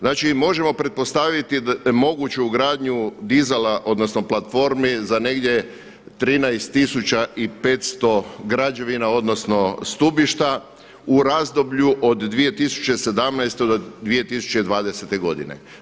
Znači možemo pretpostaviti moguću ugradnju dizala, odnosno platformi za negdje 13 tisuća i 500 građevina odnosno stubišta u razdoblju od 2017. do 2020. godine.